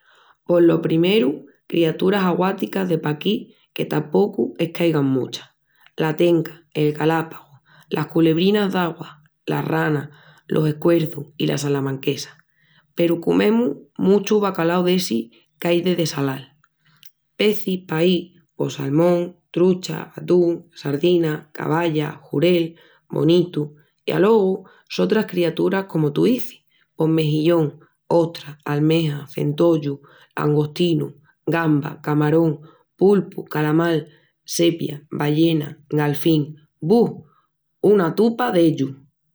Pos lo primeru criaturas aguáticas de paquí que tapocu es qu'aigan muchas: la tenca, el galápagu, las culebrinas d'augua las ranas, los escuerçus i las salamanquesas. Peru comemus muchu bacalau d'essi qu'ai de dessalal. Pecis paí pos salmón, trucha, atún, sardina, cavalla, xurel, bonitu,. I alogu sotras criaturas comu tú izis: pos mexillón, ostra, almeja, centollu, langostinu, gamba, camarón, pulpu, calamal, sepia, ballena, galfín, bu! Una tupa d'ellus!